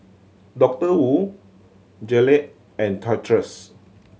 Doctor Wu Gillette and Toy Us